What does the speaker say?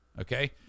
Okay